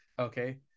Okay